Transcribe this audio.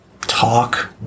talk